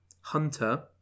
hunter